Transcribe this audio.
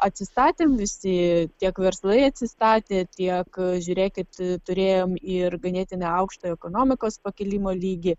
atsistatėm visi tiek verslai atsistatė tiek žiūrėkit turėjom ir ganėtinai aukštą ekonomikos pakilimo lygį